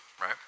right